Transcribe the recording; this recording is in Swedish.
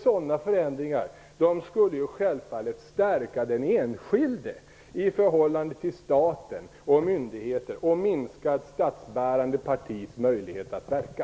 Sådana förändringar skulle ju självfallet stärka den enskilde i förhållande till stat och myndigheter och minska ett statsbärande partis möjlighet att verka.